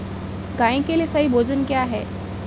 गाय के लिए सही भोजन क्या है?